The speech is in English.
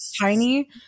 tiny